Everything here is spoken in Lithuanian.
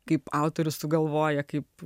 kaip autorius sugalvoja kaip